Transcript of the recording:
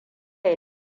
ya